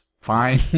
fine